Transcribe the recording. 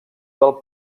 del